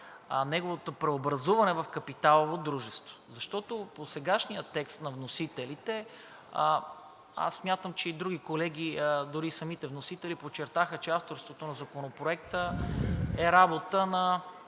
неговото преобразуване в капиталово дружество, защото в досегашния текст на вносителите – аз смятам, че и други колеги, дори самите вносители подчертаха, че авторството на Законопроекта е работа на